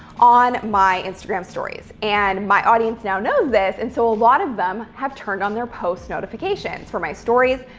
on my instagram stories. and my audience now knows this. and so a lot of them have turned on their posts notifications for my stories,